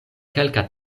kelka